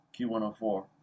Q104